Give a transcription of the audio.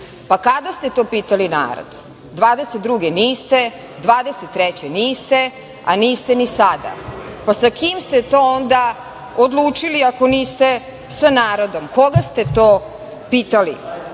Pa, kada ste to pitali narod? Niste 2022, niste 2023, a niste ni sada. Pa, sa kim ste to onda odlučili, ako niste sa narodom? Koga ste to pitali? Umesto